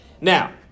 Now